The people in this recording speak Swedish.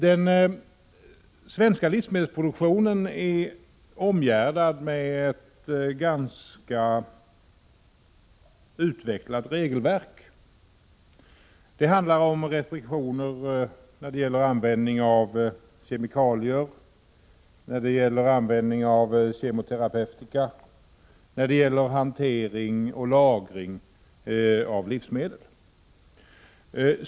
Den svenska livsmedelsproduktionen är omgärdad av ett ganska utvecklat regelverk. Det handlar om restriktioner när det gäller användning av kemikalier, när det gäller användning av kemoterapeutika och när det gäller hantering och lagring av livsmedel.